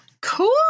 cool